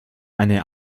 eine